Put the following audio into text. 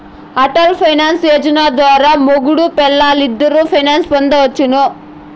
Atal pension Yojana ద్వారా మొగుడూ పెల్లాలిద్దరూ పెన్సన్ పొందొచ్చును